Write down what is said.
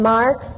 Mark